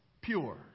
pure